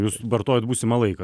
jūs vartojat būsimą laiką